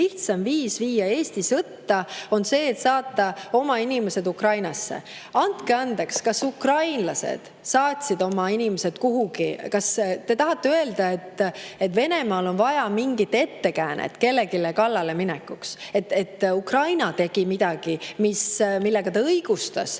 lihtsam viis viia Eesti sõtta on see, et saata oma inimesed Ukrainasse. Andke andeks, kas ukrainlased saatsid oma inimesed kuhugi? Kas te tahate öelda, et Venemaal on vaja mingit ettekäänet kellelegi kallale minekuks? Et Ukraina tegi midagi, millega [ta andis]